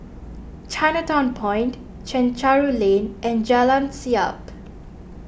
Chinatown Point Chencharu Lane and Jalan Siap